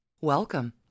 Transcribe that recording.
Welcome